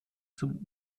zum